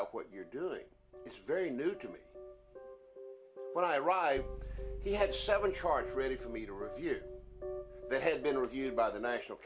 out what you're doing very new to me when i arrived he had seven charts ready for me to review that had been reviewed by the national